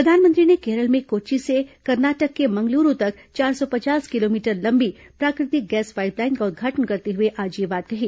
प्रधानमंत्री ने केरल में कोच्चि से कर्नाटक के मंगलुरु तक चार सौ पचास किलोमीटर लंबी प्राकृतिक गैस पाइपलाइन का उद्घाटन करते हुए आज यह बात कही